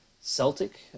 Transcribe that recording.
Celtic